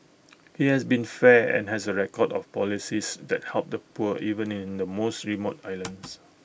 he has been fair and has A record of policies that help the poor even in the most remote islands